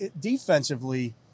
Defensively